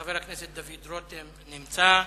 חבר הכנסת דוד רותם נמצא.